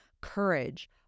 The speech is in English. courage